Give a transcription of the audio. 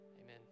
Amen